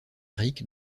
ric